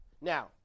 Now